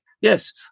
Yes